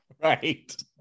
Right